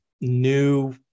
new